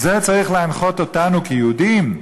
זה צריך להנחות אותנו כיהודים,